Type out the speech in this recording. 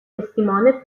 testimone